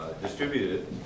distributed